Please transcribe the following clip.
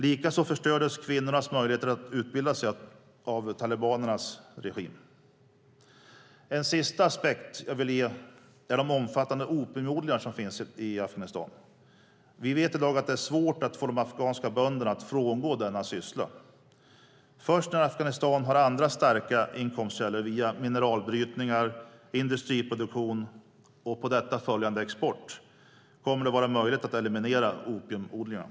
Likaså förstördes kvinnornas möjligheter att utbilda sig av talibanernas regim. En sista sak som jag vill ta upp är de omfattande opiumodlingar som finns i Afghanistan. Vi vet i dag att det är svårt att få de afghanska bönderna att frångå denna syssla. Först när Afghanistan har andra starka inkomstkällor via mineralbrytningar, industriproduktion och på detta följande export kommer det att vara möjligt att eliminera opiumodlingarna.